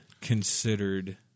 considered